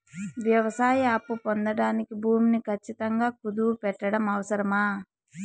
వ్యవసాయ అప్పు పొందడానికి భూమిని ఖచ్చితంగా కుదువు పెట్టడం అవసరమా?